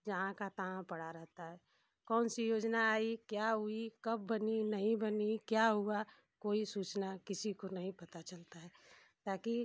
जहाँ का तहाँ पड़ा रहता है कौन सी योजना आई क्या हुई कब बनी नहीं बनी क्या हुआ कोई सूचना किसी को नहीं पता चलता है ताकि